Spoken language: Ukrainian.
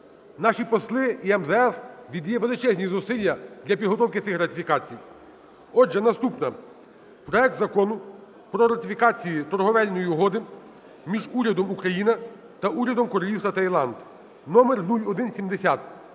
Наші посли і МЗС віддає величезні зусилля для підготовки цих ратифікацій. Отже, наступна, проект Закону про ратифікацію Торговельної угоди між Урядом України та Урядом Королівства Таїланд (№ 0170).